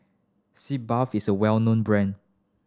Sitz Bath is a well known brand